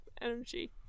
energy